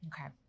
Okay